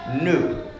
new